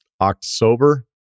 October